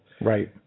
Right